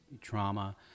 trauma